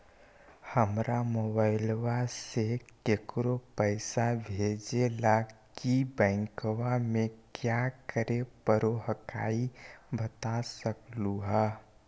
हमरा मोबाइलवा से केकरो पैसा भेजे ला की बैंकवा में क्या करे परो हकाई बता सकलुहा?